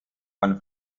von